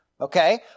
Okay